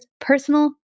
personal